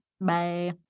Bye